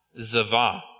zavah